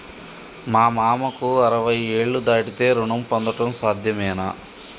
మా మామకు అరవై ఏళ్లు దాటితే రుణం పొందడం సాధ్యమేనా?